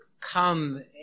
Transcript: come